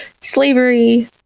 slavery